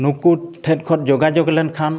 ᱱᱩᱠᱩ ᱴᱷᱮᱱᱠᱷᱚᱱ ᱡᱳᱜᱟᱡᱳᱜᱽ ᱞᱮᱱᱠᱷᱟᱱ